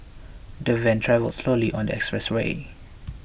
the van travelled slowly on the expressway